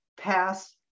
pass